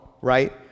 right